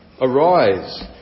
Arise